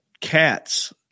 cats